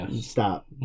Stop